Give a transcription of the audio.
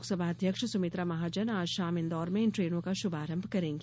लोकसभा अध्यक्ष सुमित्रा महाजन आज शाम इन्दौर में इन ट्रेनों का शुभारंभ करेंगी